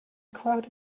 crowd